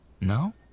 No